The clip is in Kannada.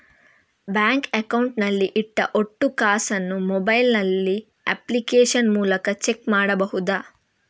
ಬ್ಯಾಂಕ್ ಅಕೌಂಟ್ ನಲ್ಲಿ ಇಟ್ಟ ಒಟ್ಟು ಕಾಸನ್ನು ಮೊಬೈಲ್ ನಲ್ಲಿ ಅಪ್ಲಿಕೇಶನ್ ಮೂಲಕ ಚೆಕ್ ಮಾಡಬಹುದಾ?